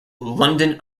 london